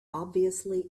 obviously